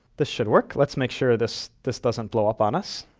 this should work. let's make sure this this doesn't blow up on us.